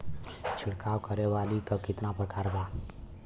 छिड़काव करे वाली क कितना प्रकार बा?